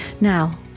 now